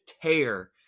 tear